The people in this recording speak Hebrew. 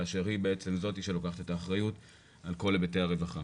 כאשר היא בעצם זאת שלוקחת את האחריות על כל היבטי הרווחה.